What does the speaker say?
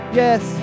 yes